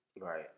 Right